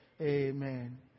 Amen